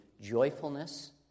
joyfulness